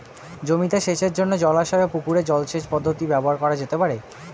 জমিতে সেচের জন্য জলাশয় ও পুকুরের জল সেচ পদ্ধতি ব্যবহার করা যেতে পারে?